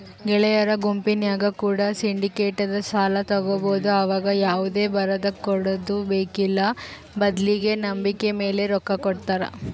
ಗೆಳೆಯರ ಗುಂಪಿನ್ಯಾಗ ಕೂಡ ಸಿಂಡಿಕೇಟೆಡ್ ಸಾಲ ತಗಬೊದು ಆವಗ ಯಾವುದೇ ಬರದಕೊಡದು ಬೇಕ್ಕಿಲ್ಲ ಬದ್ಲಿಗೆ ನಂಬಿಕೆಮೇಲೆ ರೊಕ್ಕ ಕೊಡುತ್ತಾರ